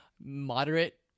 moderate